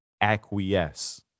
acquiesce